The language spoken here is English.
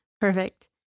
perfect